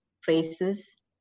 phrases